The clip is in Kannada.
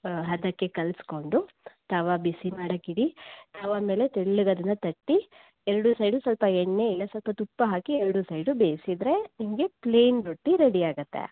ಹದಕ್ಕೆ ಕಲಸಿಕೊಂಡು ತವಾ ಬಿಸಿ ಮಾಡಕ್ಕಿಡಿ ತವಾ ಮೇಲೆ ತೆಳ್ಳಗೆ ಅದನ್ನು ತಟ್ಟಿ ಎರಡೂ ಸೈಡ್ ಸ್ವಲ್ಪ ಎಣ್ಣೆ ಇಲ್ಲ ಸ್ವಲ್ಪ ತುಪ್ಪ ಹಾಕಿ ಎರಡೂ ಸೈಡ್ ಬೇಯಿಸಿದರೆ ನಿಮಗೆ ಪ್ಲೈನ್ ರೊಟ್ಟಿ ರೆಡಿಯಾಗತ್ತೆ